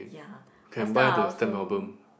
ya last time I also